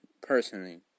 personally